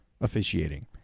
officiating